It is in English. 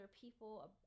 people